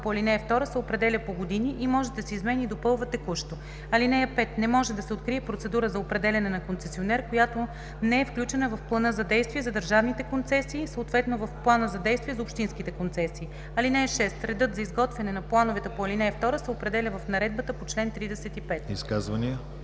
по ал. 2 се определя по години и може да се изменя и допълва текущо. (5) Не може да се открие процедура за определяне на концесионер, която не е включена в плана за действие за държавните концесии, съответно в плана за действие за общинските концесии. (6) Редът за изготвяне на плановете по ал. 2 се определя в наредбата по чл. 35.“